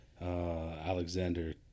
Alexander